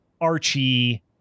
archie